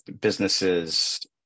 businesses